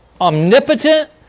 omnipotent